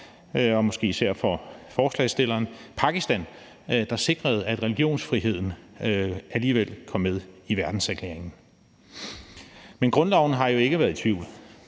måske især for forslagsstilleren, Pakistan, der sikrede, at religionsfriheden alligevel kom med i verdenserklæringen. Men grundloven har jo ikke været i tvivl.